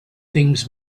things